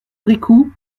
bricout